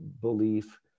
belief